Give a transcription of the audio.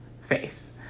face